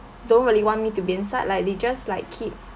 don't really want me to be inside like they just like keep